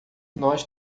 nós